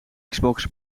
xbox